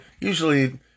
Usually